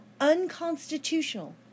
unconstitutional